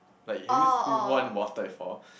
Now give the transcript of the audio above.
like have you water before